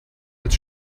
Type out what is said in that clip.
als